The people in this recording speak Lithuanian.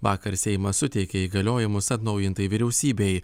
vakar seimas suteikė įgaliojimus atnaujintai vyriausybei